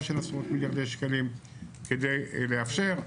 של עשרות מיליארדי שקלים כדי לאפשר.